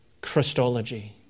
Christology